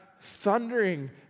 thundering